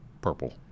purple